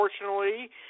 unfortunately